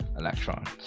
electrons